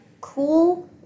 cool